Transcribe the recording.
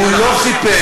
הוא לא חיפש,